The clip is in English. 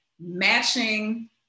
matching